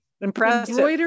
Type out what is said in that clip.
Impressive